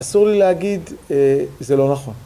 אסור לי להגיד, זה לא נכון.